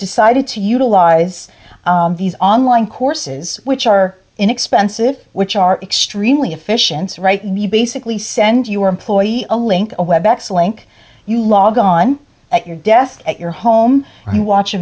decided to utilize these online courses which are inexpensive which are extremely efficient right me basically send your employees a link a web ex a link you log on at your desk at your home and watch a